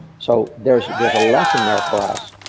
so there's there's a lesson there for us.